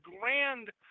grand